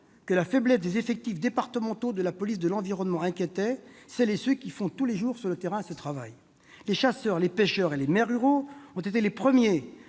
que la faiblesse des effectifs départementaux de la police de l'environnement inquiétait ceux qui exercent tous les jours ce travail sur le terrain. Les chasseurs, les pêcheurs et les maires ruraux ont été les premiers